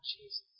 Jesus